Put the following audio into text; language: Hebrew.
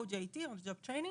OJT - On job training.